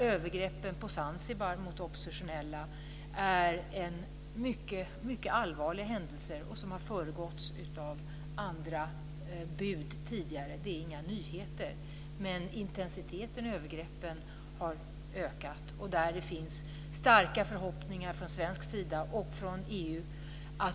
Övergreppen på Zanzibar mot oppositionella är mycket allvarliga händelser, som har föregåtts av andra bud tidigare. Det är inga nyheter, men intensiteten i övergreppen har ökat. Här finns det starka förhoppningar från svensk sida och från EU.